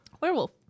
Werewolf